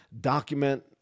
document